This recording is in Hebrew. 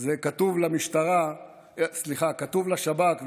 זה כתוב למשטרה, סליחה, כתוב לשב"כ.